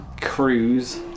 cruise